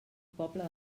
poble